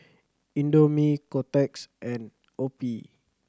Indomie Kotex and OPI